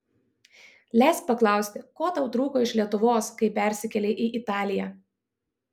leisk paklausti ko tau trūko iš lietuvos kai persikėlei į italiją